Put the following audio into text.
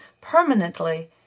permanently